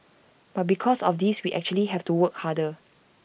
because of this we actually have to work harder